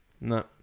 No